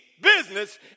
business